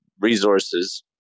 resources